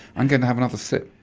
i'm going to have another sip,